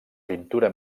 pintura